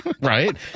Right